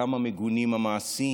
כמה מגונים המעשים,